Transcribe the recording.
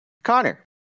Connor